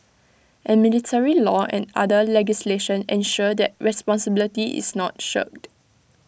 and military law and other legislation ensure that responsibility is not shirked